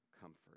comfort